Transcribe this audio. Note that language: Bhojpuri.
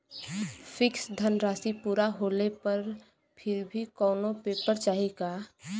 फिक्स धनराशी पूरा होले पर फिर से कौनो पेपर चाही का?